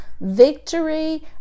victory